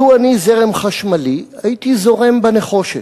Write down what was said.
לו אני זרם חשמלי, הייתי זורם בנחושת,